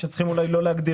שאת רוצה להגיע